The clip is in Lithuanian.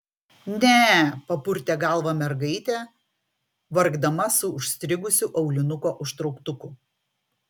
ne papurtė galvą mergaitė vargdama su užstrigusiu aulinuko užtrauktuku